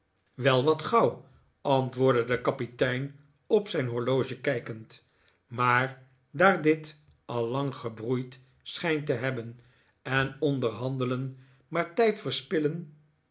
wel wat gauw antwoordde de kapitein op zijn horloge kijkend maar daar dit al lang gebroeid schijnt te hebben en onderhandelen maar tijd